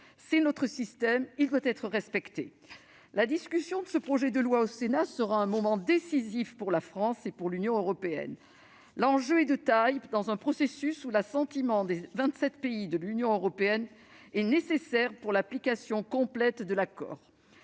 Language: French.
C'est notre système ; il doit être respecté. La discussion de ce projet de loi au Sénat sera un moment décisif pour la France et pour l'Union européenne. L'enjeu est de taille, dans un processus où l'assentiment des vingt-sept pays de l'Union européenne est nécessaire pour l'application complète de l'accord.